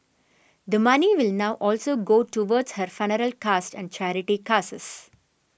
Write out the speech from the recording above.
the money will now also go towards her costs and charity causes